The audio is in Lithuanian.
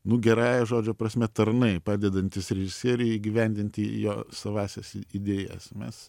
nu gerąja žodžio prasme tarnai padedantys režisieriui įgyvendinti jo savąsias idėjas mes